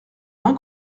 d’un